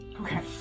Okay